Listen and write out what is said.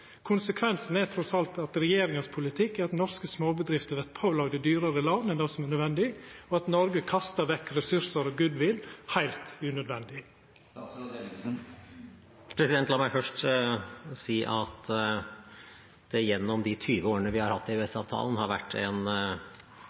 Konsekvensen, trass i alt, av regjeringas politikk er at norske småbedrifter vert pålagde dyrare lån enn det som er nødvendig, og at Noreg kastar vekk ressursar og goodwill heilt unødvendig. La meg først si at det gjennom de 20 årene vi har hatt EØS-avtalen, har vært en nokså ubrutt linje i